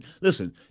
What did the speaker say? listen